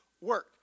work